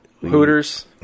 Hooters